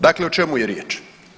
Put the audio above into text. Dakle, o čemu je riječ?